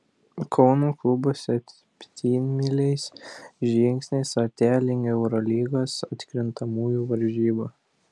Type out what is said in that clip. kauno klubas septynmyliais žingsniais artėja link eurolygos atkrintamųjų varžybų